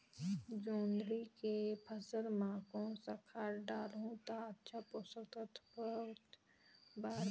जोंदरी के फसल मां कोन सा खाद डालहु ता अच्छा पोषक तत्व पौध बार मिलही?